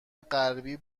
غربی